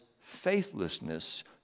faithlessness